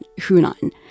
Hunan